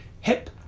hip